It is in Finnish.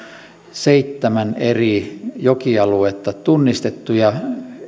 seitsemän eri jokialuetta tunnistettu ja